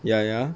ya ya